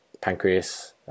pancreas